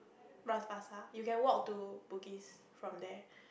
Bras-Basah you can walk to Bugis from there